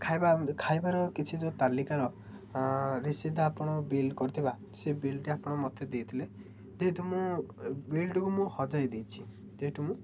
ଖାଇବା ଖାଇବାର କିଛି ଯେଉଁ ତାଲିକାର ଆପଣ ବିଲ୍ କରିଥିବା ସେ ବିଲ୍ଟି ଆପଣ ମୋତେ ଦେଇଥିଲେ ଯେହେତୁ ମୁଁ ବିଲ୍ଟିକୁ ମୁଁ ହଜାଇ ଦେଇଛି ଯେହେତୁ ମୁଁ